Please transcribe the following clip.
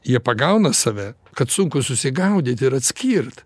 jie pagauna save kad sunku susigaudyt ir atskirt